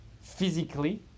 physically